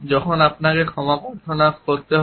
যখন আপনাকে ক্ষমা প্রার্থনা করতে হয়